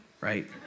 right